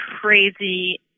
crazy